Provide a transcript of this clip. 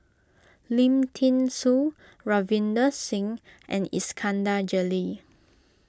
Lim thean Soo Ravinder Singh and Iskandar Jalil